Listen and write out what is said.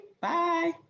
Bye